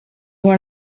one